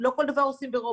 לא כל דבר עושים ברובוט.